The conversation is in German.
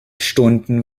stunden